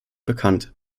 bekannt